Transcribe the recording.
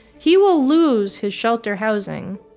he will lose his shelter housing.